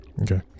Okay